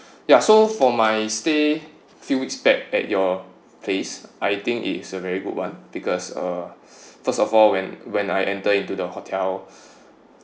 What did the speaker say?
ya so for my stay a few weeks back at your place I think it is a very good one because uh first of all when when I enter into the hotel